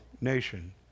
nation